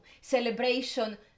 celebration